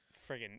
friggin